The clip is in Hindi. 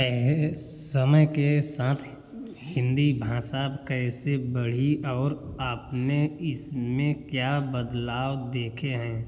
पै समय के साथ हिंदी भाषा कैसे बढ़ी और आपने इसमें क्या बदलाव देखे हैं